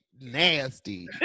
nasty